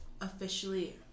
officially